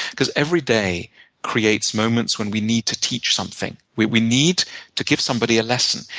because every day creates moments when we need to teach something. we we need to give somebody a lesson.